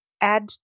Add